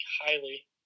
highly